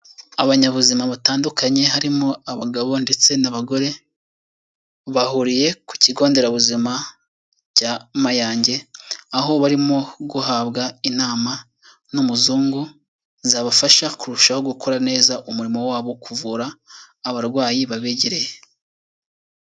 Abanyabuzima batandukanye harimo abagabo ndetse n'abagore bahuriye ku kigo nderabuzima cya Mayange, aho barimo guhabwa inama n'umuzungu zabafasha kurushaho gukora neza umurimo wabo wo kuvura abarwayi babegereye.